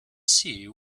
see